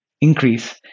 increase